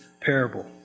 parable